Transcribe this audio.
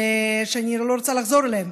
שאני לא רוצה לחזור עליהם,